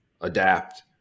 adapt